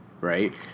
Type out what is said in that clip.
right